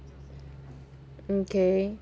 mm K